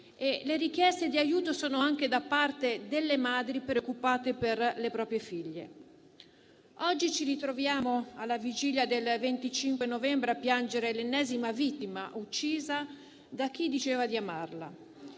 Le richieste di aiuto provengono anche dalle madri preoccupate per le proprie figlie. Oggi ci ritroviamo alla vigilia del 25 novembre a piangere l'ennesima vittima, uccisa da chi diceva di amarla.